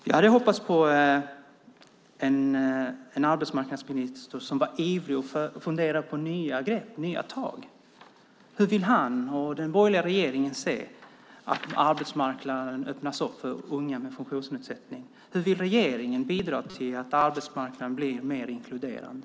Jag hade hoppats på en arbetsmarknadsminister som var ivrig och funderade på nya grepp, nya tag. Hur vill han och den borgerliga regeringen se att arbetsmarknaden öppnas upp för unga med funktionsnedsättning? Hur vill regeringen bidra till att arbetsmarknaden blir mer inkluderande?